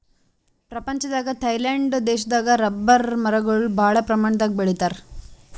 ಪ್ರಪಂಚದಾಗೆ ಥೈಲ್ಯಾಂಡ್ ದೇಶದಾಗ್ ರಬ್ಬರ್ ಮರಗೊಳ್ ಭಾಳ್ ಪ್ರಮಾಣದಾಗ್ ಬೆಳಿತಾರ್